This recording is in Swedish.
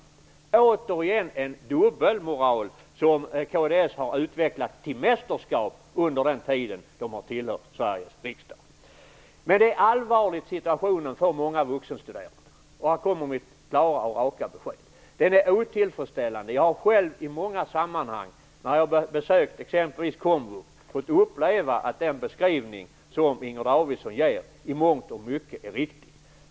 Det är återigen en dubbelmoral, som kds har utvecklat till mästerskap under den tid partiet har tillhört Sveriges riksdag. Situationen för många vuxenstuderande är allvarlig, och här kommer mitt klara och raka besked: Jag har själv i många sammanhang när jag har besökt exempelvis komvux fått uppleva att den beskrivning som Inger Davidson gav i mångt och mycket är riktig.